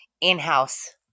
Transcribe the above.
in-house